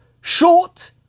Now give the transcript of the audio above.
short